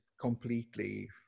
completely